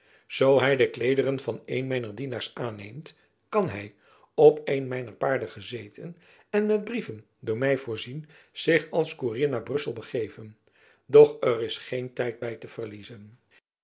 zoo hy de kleederen van een mijner dienaars aanneemt kan hy op een mijner paarden gezeten en met brieven door my voorzien zich als koerier naar brussel begeven doch er is geen tijd by te verliezen